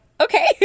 okay